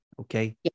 okay